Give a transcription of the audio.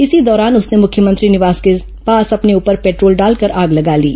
इसी दौरान उसने मुख्यमंत्री निवास के पास अपने ऊपर पेट्रोल डालकर आग लगा ली